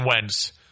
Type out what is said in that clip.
Wentz